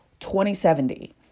2070